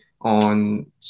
on